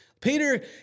Peter